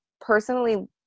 personally